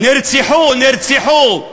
נרצחו, נרצחו,